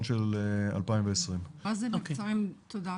של 2021. מה זה מבצעים תודעתיים?